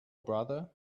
brother